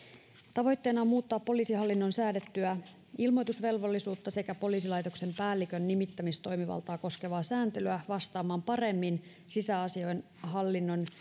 tavoitteena on muuttaa poliisihallinnon säädettyä ilmoitusvelvollisuutta sekä poliisilaitoksen päällikön nimittämistoimivaltaa koskevaa sääntelyä vastaamaan paremmin sisäasiainhallinnon